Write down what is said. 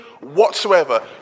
whatsoever